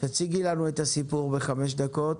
תציגי לנו את הסיפור בחמש דקות,